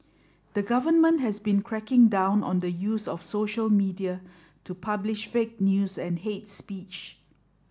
the government has been cracking down on the use of social media to publish fake news and hate speech